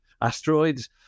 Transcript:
asteroids